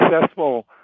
successful